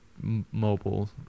mobile